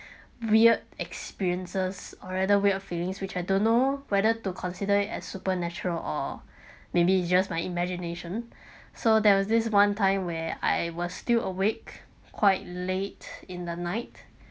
weird experiences or rather weird feelings which I don't know whether to consider it as supernatural or maybe just my imagination so there was this one time where I was still awake quite late in the night